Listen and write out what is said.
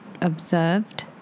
Observed